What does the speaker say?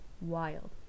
wild